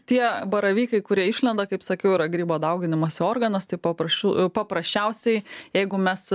tie baravykai kurie išlenda kaip sakiau yra grybo dauginimosi organas taip paprasčiau paprasčiausiai jeigu mes